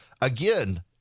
Again